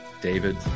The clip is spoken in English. David